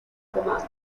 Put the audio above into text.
comando